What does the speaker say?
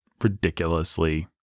ridiculously